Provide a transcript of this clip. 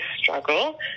struggle